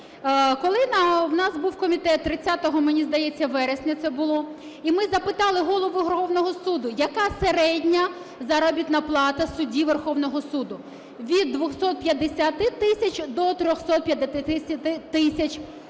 Коли у нас був комітет (30-го, мені здається, вересня це було), і ми запитали Голову Верховного Суду, яка середня заробітна плата судді Верховного Суду. Від 250 тисяч до 350 тисяч гривень